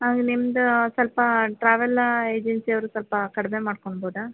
ಹಾಗ ನಿಮ್ದೂ ಸ್ವಲ್ಪ ಟ್ರಾವೆಲ್ ಏಜನ್ಸಿ ಅವರು ಸ್ವಲ್ಪ ಕಡಿಮೆ ಮಾಡ್ಕೊಳ್ಬೋದಾ